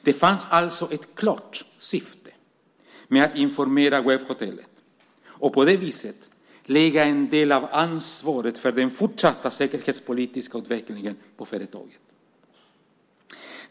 Det fanns alltså ett klart syfte med att informera webbhotellet och på det viset lägga en del av ansvaret för den fortsatta säkerhetspolitiska utvecklingen på företaget.